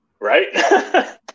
right